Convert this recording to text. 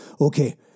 Okay